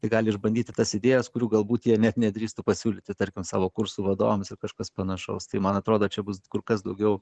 tai gali išbandyti tas idėjas kurių galbūt jie net nedrįstų pasiūlyti tarkim savo kursų vadovams ar kažkas panašaus tai man atrodo čia bus kur kas daugiau